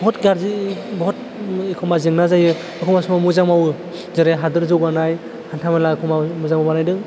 बहत गाज्रि बहतनो एखमबा जेंना जायो एखमबा समाव मोजां मावो जेरै हादोर जौगानाय हान्था मेला समाव मोजांबो बानायदों